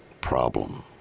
problem